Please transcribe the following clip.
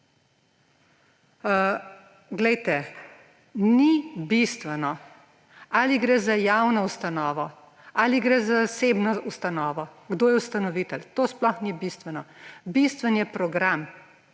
Glejte, ni bistveno, ali gre za javno ustanovo ali gre za zasebno ustanovo. Kdo je ustanovitelj, to sploh ni bistveno. Bistven je program,